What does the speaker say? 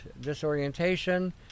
disorientation